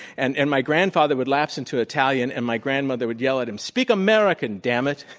and and my grandfather would lapse into italian and my grandmother would yell at him, speak american, dammit!